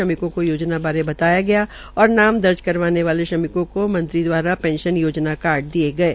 श्रमिकों को योजना बारे बताया गया और नाम दर्ज करवाने वाले श्रमिकों को मंत्री द्वारा पेंशन योजना कार्ड दिये गये